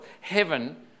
Heaven